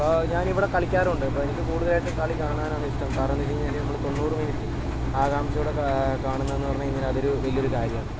ഇപ്പോൾ ഞാനിവിടെ കളിക്കാറുമുണ്ട് അപ്പോൾ എനിക്ക് കൂടുതലായിട്ടും കളി കാണാനാണ് ഇഷ്ടം കാരണം എന്നുവെച്ചു കഴിഞ്ഞാല് നമ്മള് തൊണ്ണൂറ് മിനിറ്റ് ആകാംഷയോടെ കാണുന്നുവെന്ന് പറഞ്ഞു കഴിഞ്ഞാല് അതൊരു വലിയൊരു കാര്യമാണ്